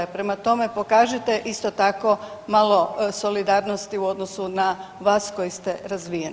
Prema tome, pokažite isto tako malo solidarnosti u odnosu na vas koji ste razvijeni.